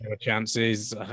chances